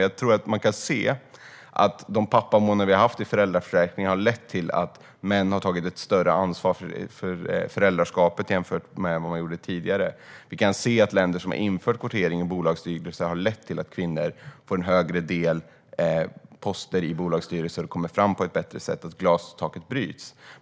Jag tror dock att man kan se att pappamånaderna i föräldraförsäkringen har lett till att män har tagit ett större ansvar för föräldraskapet än tidigare. Vi kan se att i länder som har infört kvotering i bolagsstyrelser har det lett till att kvinnor får en större andel poster i bolagsstyrelser och kommer fram på ett bättre sätt, så att glastaket bryts.